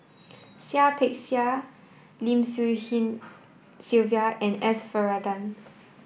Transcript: Seah Peck Seah Lim Swee Lian Sylvia and S Varathan